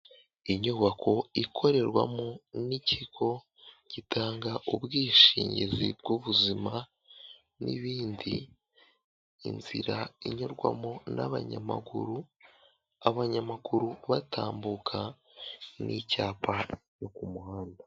Inyubako ikorerwamo n'ikigo gitanga ubwishingizi bw'ubuzima n'ibindi. Inzira inyurwamo n'abanyamaguru, abanyamaguru batambuka n'icyapa cyo ku muhanda.